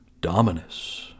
Dominus